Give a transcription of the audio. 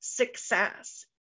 Success